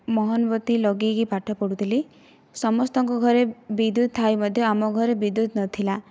ମହମବତୀ ଲଗାଇକି ପାଠ ପଢୁଥିଲି ସମସ୍ତଙ୍କ ଘରେ ବିଦ୍ୟୁତ ଥାଇ ମଧ୍ୟ ଆମ ଘରେ ବିଦ୍ୟୁତ ନ ଥିଲା